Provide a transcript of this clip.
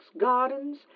gardens